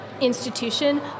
institution